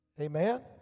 Amen